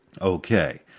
Okay